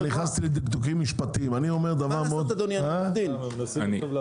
המשפטי- -- אתה נכנס לדקדוקים משפטיים.